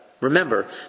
Remember